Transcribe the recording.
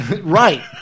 Right